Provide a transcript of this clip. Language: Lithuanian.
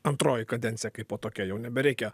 antroji kadencija kaipo tokia jau nebereikia